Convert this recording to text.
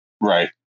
Right